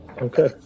okay